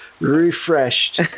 refreshed